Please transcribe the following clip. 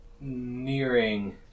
nearing